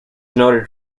noted